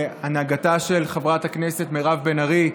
בהנהגתה של חברת הכנסת מירב בן ארי,